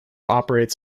operates